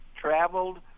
traveled